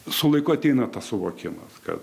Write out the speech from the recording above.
su laiku ateina tas suvokimas kad